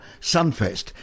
Sunfest